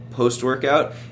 post-workout